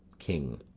king.